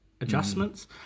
adjustments